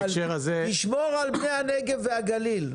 תשמור על בני הנגב והגליל.